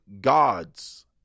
gods